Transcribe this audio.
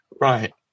right